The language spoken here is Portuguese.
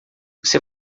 você